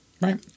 right